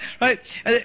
right